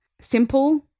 Simple